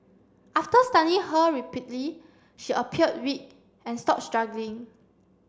after stunning her repeatedly she appeared weak and stopped struggling